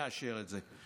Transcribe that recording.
מאשר את זה.